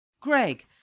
Greg